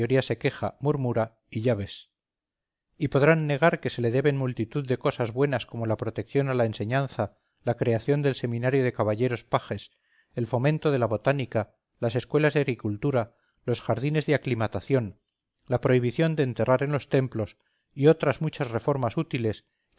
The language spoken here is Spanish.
se queja murmura y ya ves y podrán negar que se le deben multitud de cosas buenas como la protección a la enseñanza la creación del seminario de caballeros pajes el fomento de la botánica las escuelas de agricultura los jardines de aclimatación la prohibición de enterrar en los templos y otras muchas reformas útiles